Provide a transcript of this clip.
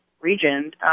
region